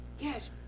Yes